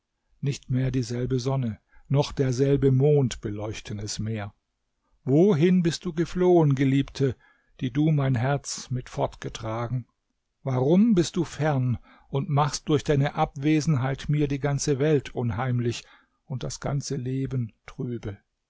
nicht mehr dieselbe sonne noch derselbe mond beleuchten es mehr wohin bist du geflohen geliebte die du mein herz mit fortgetragen warum bist du fern und machst durch deine abwesenheit mir die ganze welt unheimlich und das ganze leben trübe